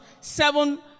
seven